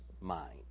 mind